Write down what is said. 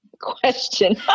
question